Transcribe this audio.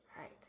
right